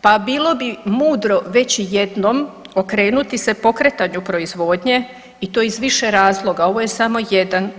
pa bilo bi mudro već jednom okrenuti se pokretanju proizvodnje i to iz više razloga, ovo je samo jedan.